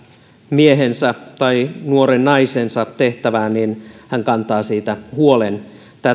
miehensä tai nuoren naisensa tehtävään hän kantaa siitä huolen tätä